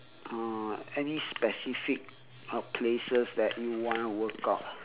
uh any specific places that you want to workout